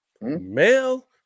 male